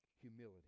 humility